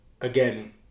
again